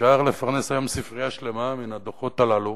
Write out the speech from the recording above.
אפשר לפרנס היום ספרייה שלמה בדוחות הללו,